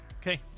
okay